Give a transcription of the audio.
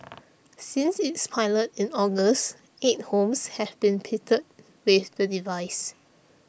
since its pilot in August eight homes have been pitted with the device